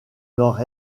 nord